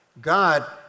God